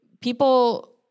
people